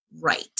right